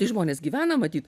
žmonės gyvena matyt